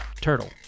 turtle